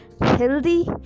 healthy